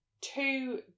two